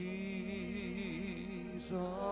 Jesus